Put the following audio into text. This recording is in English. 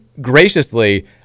graciously